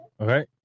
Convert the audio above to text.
Okay